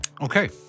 Okay